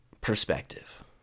Perspective